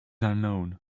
unknown